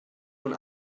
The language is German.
nun